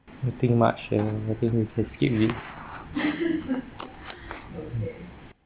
nothing much to share I think we just skip it